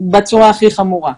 בצורה הכי חמורה.